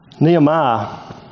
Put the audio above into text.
Nehemiah